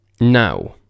Now